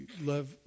love